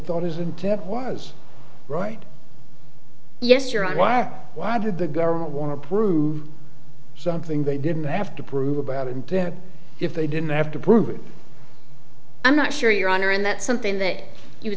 thought his intent was right yes you're alive why did the government want to prove something they didn't have to prove about intent if they didn't have to prove it i'm not sure your honor in that something that you would